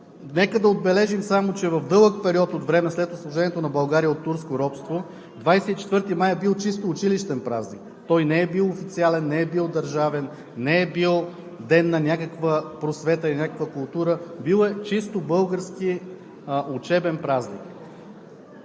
Нека да отбележим, че в дълъг период от време след освобождението на България от турско робство 24 май е бил чисто училищен празник. Той не е бил официален, не е бил държавен, не е бил ден на някаква просвета или някаква култура, бил е чисто български учебен празник.